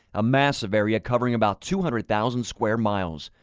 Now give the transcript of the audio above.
a massive area covering about two hundred thousand square miles.